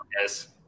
Yes